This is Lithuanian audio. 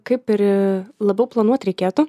kaip ir labiau planuot reikėtų